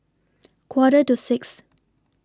Quarter to six